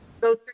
go